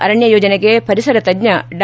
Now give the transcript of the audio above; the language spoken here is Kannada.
ಅರಣ್ಯ ಯೋಜನೆಗೆ ಪರಿಸರ ತಜ್ಞ ಡಾ